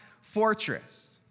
fortress